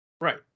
Right